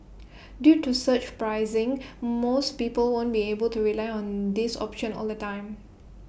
due to surge pricing most people won't be able to rely on this option all the time